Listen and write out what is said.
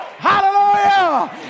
Hallelujah